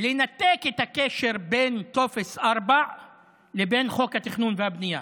לנתק את הקשר בין טופס 4 לבין חוק התכנון והבנייה,